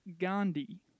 Gandhi